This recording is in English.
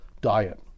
diet